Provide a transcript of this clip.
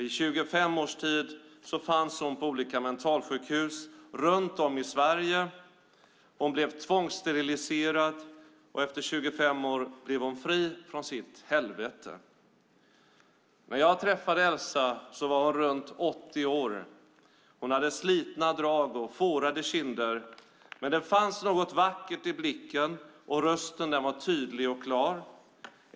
I 25 års tid fanns hon på olika mentalsjukhus runt om i Sverige. Hon blev tvångssteriliserad. Efter 25 år blev hon fri från sitt helvete. När jag träffade Elsa var hon runt 80 år. Hon hade slitna drag och fårade kinder. Men det fanns något vackert i blicken, och rösten var tydlig och klar.